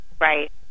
Right